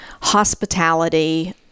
hospitality